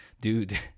dude